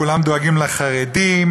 כולם דואגים לחרדים,